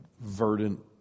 verdant